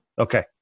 Okay